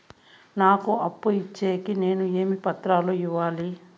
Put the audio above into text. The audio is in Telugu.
నాకు అప్పు ఇచ్చేకి నేను ఏమేమి పత్రాలు ఇవ్వాలి